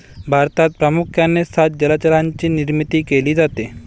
भारतात प्रामुख्याने सात जलचरांची निर्मिती केली जाते